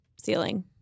ceiling